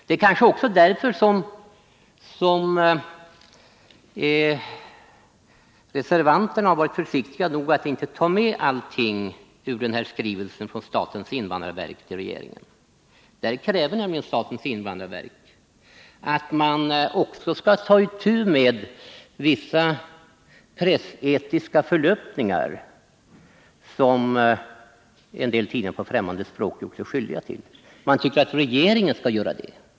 Det är kanske också därför som reservanterna har varit försiktiga nog att inte i reservationen ta med allting i skrivelsen från statens invandrarverk till regeringen. Statens invandrarverk kräver nämligen att regeringen också skall ta itu med vissa pressetiska förlöpningar som en del tidningar på främmande språk gjort sig skyldiga till.